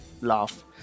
laugh